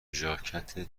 ژاکت